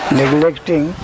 neglecting